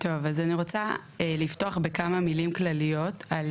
אני רוצה לפתוח בכמה מילים כלליות על